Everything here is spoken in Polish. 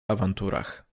awanturach